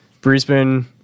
Brisbane